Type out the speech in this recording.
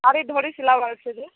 ଶାଢ଼ୀ ଧଡ଼ି ସିଲାବାର୍ ଅଛି ଯେ